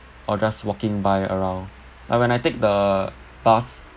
or just walking by around like when I take the bus